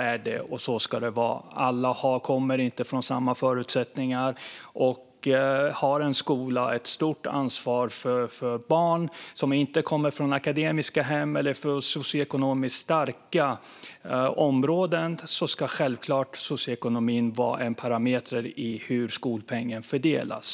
är riktigt, och så ska det vara. Alla har inte samma förutsättningar, och tar en skola ett stort ansvar för barn som inte kommer från akademikerhem eller socioekonomiskt starka områden ska socioekonomi självklart vara en parameter när det gäller hur skolpengen fördelas.